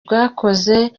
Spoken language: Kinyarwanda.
bwakozwe